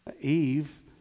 Eve